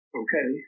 okay